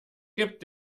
gibt